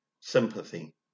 sympathy